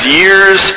years